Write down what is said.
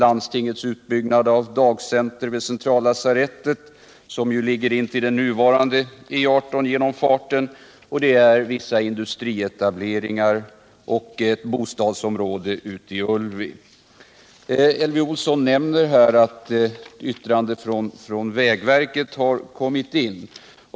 Landstinget skall bygga ut dagcentret vid Centrallasarettet, som ju ligger intill den nuvarande E 18-genomfarten, och vidare skall en utbyggnad ske av vissa industrietableringar och av ett bostadsområde i Ullvi. Elvy Olsson nämnde att ett yttrande från vägverket kommit in.